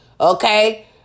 Okay